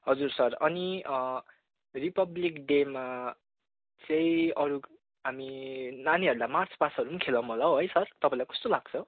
हजुर सर अनि रिपब्लिकडेमा चाहिँ अरू हामी नानीहरूलाई मार्चपास्टहरू खेला होला हौ है सर तपाईँलाई कस्तो लाग्छ